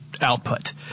output